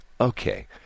okay